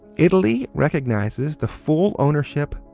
italy recognizes the full ownership,